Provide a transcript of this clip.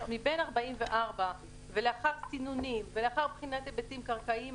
מבין 44 חלופות ולאחר סינונים ולאחר בחינת היבטים קרקעיים,